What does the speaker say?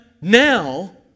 now